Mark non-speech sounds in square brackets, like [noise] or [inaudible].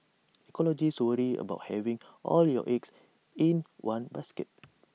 [noise] ecologists worry about having all your eggs in one basket